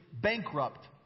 bankrupt